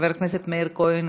חבר הכנסת מאיר כהן,